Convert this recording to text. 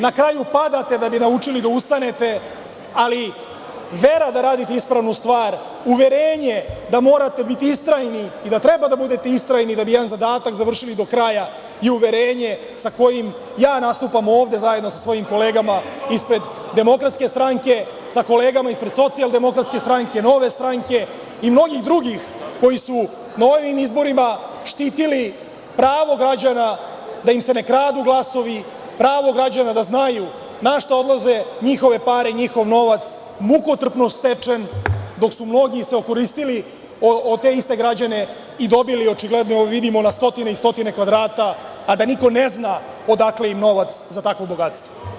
Na kraju, padate da bi naučili da ustanete, ali vera da radite ispravnu stvar, uverenje da morate biti istrajni i da treba da budete istrajni da bi jedan zadatak završili do kraja, je uverenje sa kojim ja nastupam ovde, zajedno sa svojim kolegama ispred DS, sa kolegama ispred SDS, Nove stranke i mnogih drugih koji su na ovim izborima štitili pravo građana da im se ne kradu glasovi, pravo građana da znaju na šta odlaze njihove pare i njihov novac, mukotrpno stečen, dok su se mnogi okoristili o te iste građane i dobili očigledno, vidimo na stotine i stotine kvadrata, a da niko ne zna odakle im novac za takvo bogatstvo.